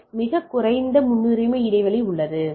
S மிகக் குறைந்த முன்னுரிமை இடைவெளி உள்ளது